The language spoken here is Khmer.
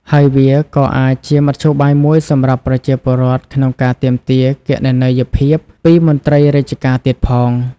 ហើយវាក៏អាចជាមធ្យោបាយមួយសម្រាប់ប្រជាពលរដ្ឋក្នុងការទាមទារគណនេយ្យភាពពីមន្ត្រីរាជការទៀតផង។